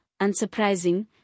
unsurprising